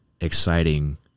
exciting